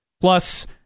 Plus